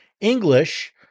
English